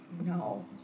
no